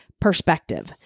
perspective